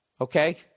Okay